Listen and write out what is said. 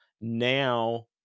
now